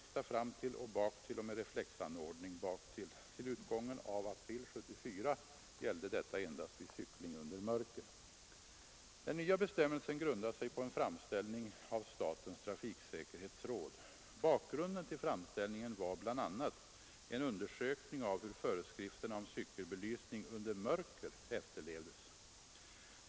Frågorna besvaras i ett sammanhang. Den nya bestämmelsen grundar sig på en framställning av statens trafiksäkerhetsråd. Bakgrunden till framställningen var bl.a. en undersökning av hur föreskrifterna om cykelbelysning under mörker efterlevdes.